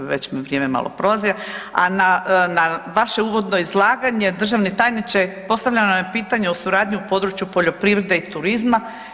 Već mi vrijeme malo prolazi, a na vaše uvodno izlaganje državni tajniče postavljeno je pitanje u suradnji u području poljoprivrede i turizma.